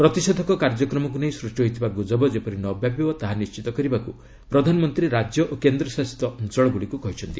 ପ୍ରତିଷେଧକ କାର୍ଯ୍ୟକ୍ରମକୁ ନେଇ ସୃଷ୍ଟି ହୋଇଥିବା ଗୁଜବ ଯେପରି ନ ବ୍ୟାପିବ ତାହା ନିଶ୍ଚିତ କରିବାକୁ ପ୍ରଧାନମନ୍ତ୍ରୀ ରାଜ୍ୟ ଓ କେନ୍ଦ୍ର ଶାସିତ ଅଞ୍ଚଳଗୁଡ଼ିକୁ କହିଛନ୍ତି